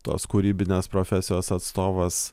tos kūrybinės profesijos atstovas